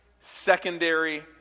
secondary